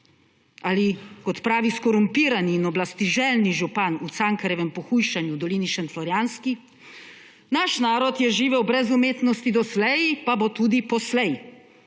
ali kot pravi skorumpirani in oblastiželjni župan v Cankarjevem pohujšanju v dolini šentflorjanski: »Naš narod je živel brez umetnosti doslej, pa bo tudi poslej.«